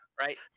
right